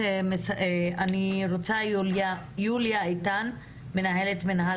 יוליה איתן, מנהלת מינהל